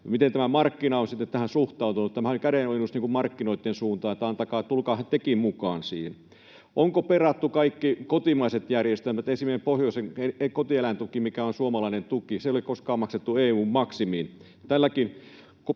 Miten tämä markkina on sitten tähän suhtautunut? Tämähän oli kädenojennus markkinoitten suuntaan, että tulkaahan tekin siihen mukaan. Onko perattu kaikki kotimaiset järjestelmät? Esimerkiksi pohjoisen kotieläintukea — joka on suomalainen tuki — ei ole koskaan maksettu EU:n maksimiin.